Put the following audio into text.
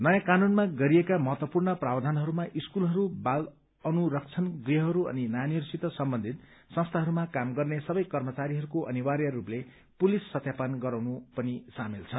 नयाँ कानूनमा गरिएका महत्वपूर्ण प्रावधानहरूमा स्कूलहरू बाल अनुरक्षण गृहहरू अनि नानीहरूसित सम्बन्धित संस्थाहरूमा काम गर्ने सबै कर्मचारीहरूको अनिवार्य रूपले पुलिस सत्यापन गराउनु पनि सामेल छन्